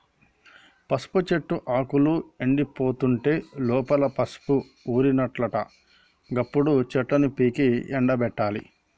పసుపు చెట్టు ఆకులు ఎండిపోతుంటే లోపల పసుపు ఊరినట్లట గప్పుడు చెట్లను పీకి ఎండపెట్టాలి